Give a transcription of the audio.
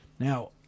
Now